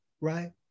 right